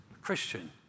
Christian